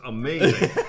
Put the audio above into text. Amazing